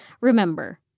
Remember